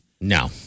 No